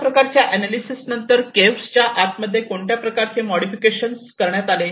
अशा प्रकारच्या अनालिसेस नंतर केव्हच्या आत मध्ये कोणत्या प्रकारचे मोडिफिकेशन करण्यात आले